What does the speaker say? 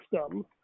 system